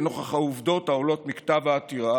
לנוכח העובדות העולות מכתב העתירה